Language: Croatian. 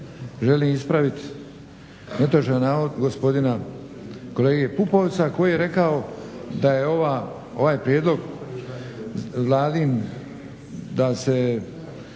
želim ispraviti netočan navod gospodina kolege Pupovca koji je rekao da je ovaj prijedlog Vladin da se